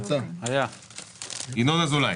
ינון אזולאי.